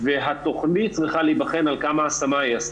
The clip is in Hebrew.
והתכנית צריכה להבחן על כמה השמה היא עשתה.